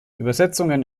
übersetzungen